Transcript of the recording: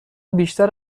بیشتر